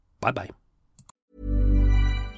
Bye-bye